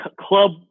Club